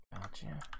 Gotcha